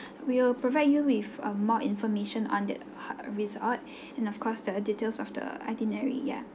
we will provide you with a more information on that uh resort and of course the details of the itinerary ya